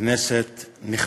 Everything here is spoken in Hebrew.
כנסת נכבדה,